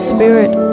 Spirit